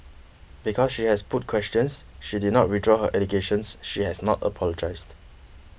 because she has put questions she did not withdraw her allegation she has not apologised